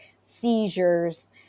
seizures